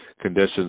conditions